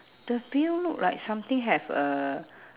the veil look like something have a